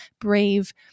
brave